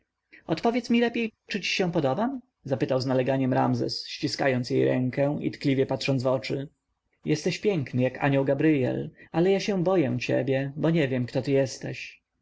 odpowiedz mi lepiej czy ci się podobam pytał z naleganiem ramzes ściskając jej rękę i tkliwie patrząc w oczy jesteś piękny jak anioł gabrjel ale ja się boję ciebie bo nie wiem kto ty jesteś